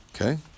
Okay